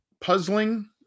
puzzling